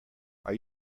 are